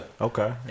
Okay